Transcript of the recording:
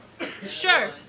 sure